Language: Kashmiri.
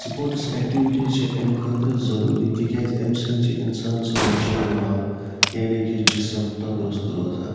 سپوٹس ایٚکٹِوِٹیٖز چھِ امہ خٲطرٕ ضوٚروٗری تکیاز امہِ سۭتۍ چھُ اِنسان سُنٛد نَشو نما یعنی کہِ جسم تَنٛدرست روزان